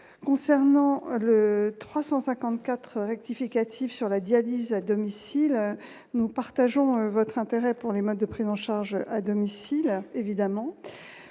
concernant le 354 rectificatif sur la dialyse à domicile, nous partageons votre intérêt pour les modes de prise en charge à domicile évidemment